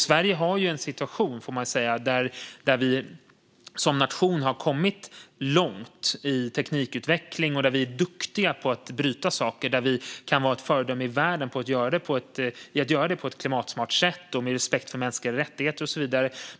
Sverige har en situation där vi som nation har kommit långt i teknikutvecklingen, där vi är duktiga på att bryta saker och där vi kan vara ett föredöme i världen när det gäller att göra det på ett klimatsmart sätt och med respekt för mänskliga rättigheter och så vidare.